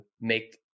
make